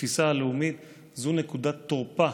בתפיסה הלאומית, זו נקודת תורפה